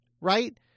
right